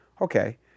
Okay